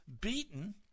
beaten